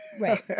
Right